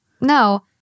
no